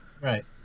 right